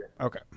Okay